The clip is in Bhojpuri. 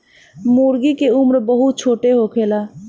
मूर्गी के उम्र बहुत छोट होखेला